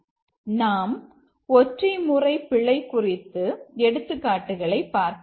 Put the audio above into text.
நாம் ஒற்றை முறை பிழை குறித்து எடுத்துக்காட்டுகளை பார்க்கலாம்